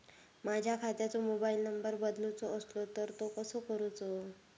माझ्या खात्याचो mobile number बदलुचो असलो तर तो कसो करूचो?